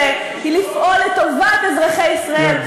המטרה של התקציב הזה היא לפעול לטובת אזרחי ישראל,